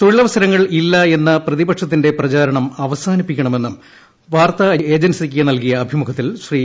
തൊഴിലവസരങ്ങൾ ഇല്ല ്രഎന്ന പ്രതിപക്ഷത്തിന്റെ പ്രചാരണം അവസാനിപ്പിക്കണമെന്നൂർപ്പ് മാർത്താ ഏജൻസിക്ക് നല്കിയ അഭിമുഖത്തിൽ ശ്രീ